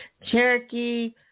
Cherokee